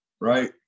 Right